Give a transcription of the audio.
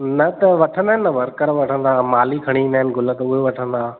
न त वठंदा आहिनि न वर्कर वठंदा माली खणी ईंदा आहिनि गुल त उहे वठंदा